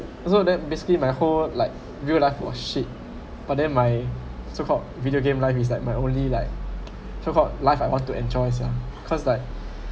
so that's basically my whole like real life was shit but then my so called video game life is like my only like so called life I want to enjoy !sia! cause like